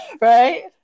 right